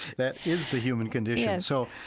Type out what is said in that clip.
that is the human condition. so,